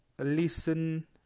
listen